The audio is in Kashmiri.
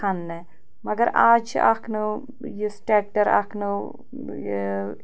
کھنٛنہٕ مگر آز چھِ اَکھ نٔو یُس ٹٮ۪کٹَر اَکھ نٔو یہِ